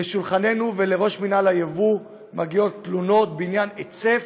לשולחננו ולשולחן ראש מינהל היבוא מגיעות תלונות בעניין היצף.